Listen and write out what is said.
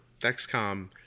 Dexcom